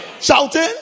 Shouting